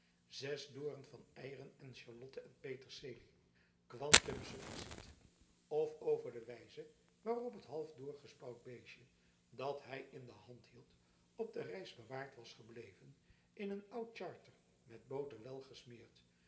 zes dooren van eieren en sjalotten en pieterselie quantum sufficit of over de wijze waarop het half doorgespouwd beestje dat hij in de hand hield op de reis bewaard was gebleven in een oud charter met boter wel gesmeerd